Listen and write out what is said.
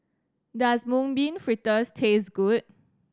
does Mung Bean Fritters taste good